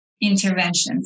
interventions